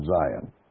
Zion